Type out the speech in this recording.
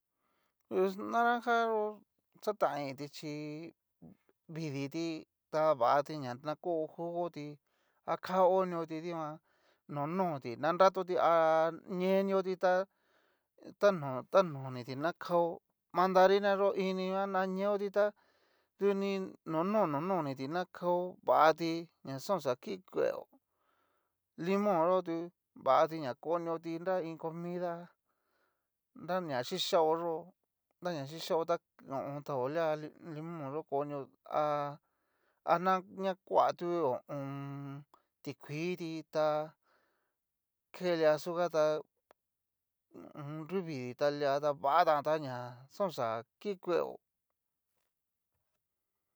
Ps naranja yó xatanga initi chí vidii tí ta vati ña na ko a jugotin aka onio ti dikuan nononiti ná nratóti ha kaonio tijuan, ñenioti ta tano tanoniti na kao mandarina yó ininguan na ñeoti tá nononiti na kao vati na xa oxa ki kueo, limón yo tu vati na konio ta ho iin comida nra na xhichaoyo nra na xhichao ta tao lia limón konio a ña kuatu ti kuii ti tá ke lia azuca ta nri vidii ta lia ta va tan ta ña xa oxa ki kueo.